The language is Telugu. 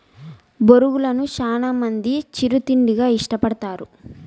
బొరుగులను చానా మంది చిరు తిండిగా ఇష్టపడతారు